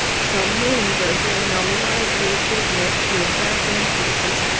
saloons are doing a lively business through back entrances,